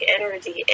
energy